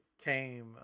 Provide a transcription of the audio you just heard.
came